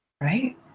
right